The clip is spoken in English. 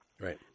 Right